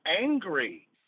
angry